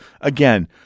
Again